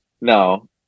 No